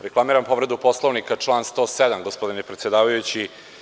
Reklamiram povredu Poslovnika, član 107, gospodine predsedavajući.